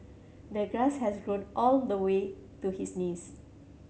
the grass has grown all the way to his knees